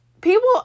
people